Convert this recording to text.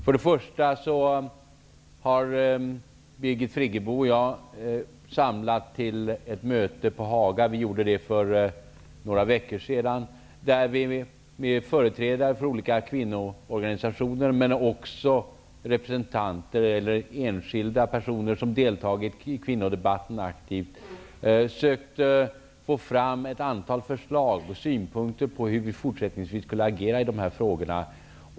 För några veckor sedan kallade Birgit Friggebo och jag till ett möte på Haga. Vi bjöd in företrädare för olika kvinnoorganisationer och enskilda personer som aktivt har deltagit i kvinnodebatten. Vi försökte få fram ett antal synpunkter på och förslag till hur vi fortsättningsvis skall agera i den här frågan.